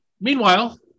Meanwhile